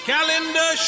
Calendar